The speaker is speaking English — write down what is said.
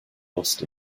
lost